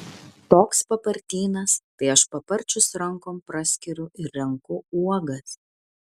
toks papartynas tai aš paparčius rankom praskiriu ir renku uogas